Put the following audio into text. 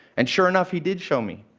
and sure enough, he did show me.